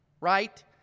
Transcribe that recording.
right